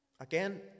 Again